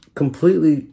completely